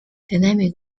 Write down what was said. dynamic